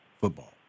football